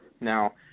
Now